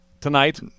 tonight